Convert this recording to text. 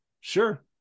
Sure